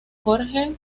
jorge